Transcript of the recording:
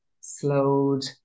slowed